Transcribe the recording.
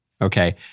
okay